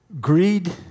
Greed